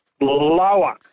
Lower